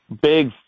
big